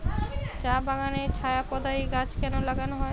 চা বাগানে ছায়া প্রদায়ী গাছ কেন লাগানো হয়?